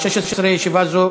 ג'מאל,